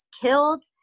killed